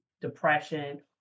depression